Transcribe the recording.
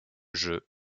jeux